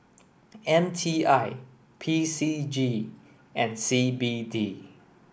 M T I P C G and C B D